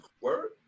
Word